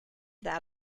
that